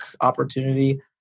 opportunity